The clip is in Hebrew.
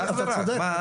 אתה צודק.